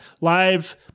live